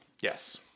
Yes